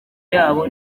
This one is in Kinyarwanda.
yabo